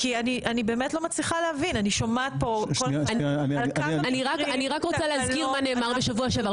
כי אני לא מצליחה להבין- -- אני רק רוצה להזכיר מה נאמר בשבוע שעבר,